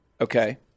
Okay